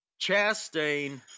Chastain